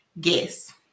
Guess